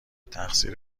تقصیر